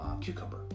cucumber